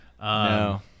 No